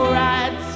right